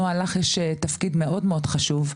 נועה, לך יש תפקיד מאוד חשוב.